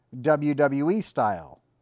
WWE-style